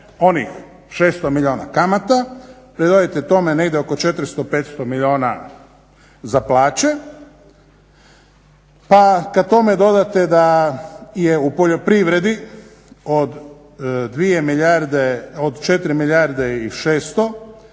onih 600 milijuna kamata, pridodajte tome negdje oko 400,500 milijuna za plaće, pa kad tome dodate da je u poljoprivredi od 2 milijarde, od 4 600 milijuna